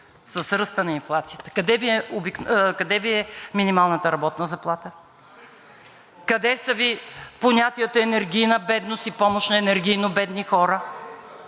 с ръста на инфлацията. Къде Ви е минималната работна заплата, къде са Ви понятията „енергийна бедност“ и „помощ на енергийно бедни хора“,